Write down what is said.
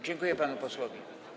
Dziękuję panu posłowi.